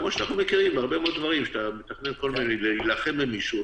כמו שאנחנו מכירים בהרבה דברים; כשאתה מתכנן להילחם במישהו,